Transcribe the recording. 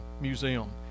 Museum